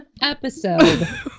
episode